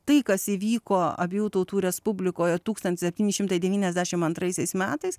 tai kas įvyko abiejų tautų respublikoje tūkstantis septyni šimtai devyniasdešimt antraisiais metais